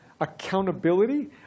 accountability